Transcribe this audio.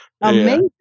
Amazing